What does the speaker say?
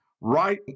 right